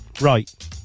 right